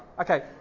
Okay